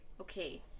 okay